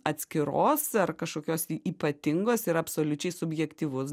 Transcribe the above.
atskiros ar kažkokios ypatingos ir absoliučiai subjektyvus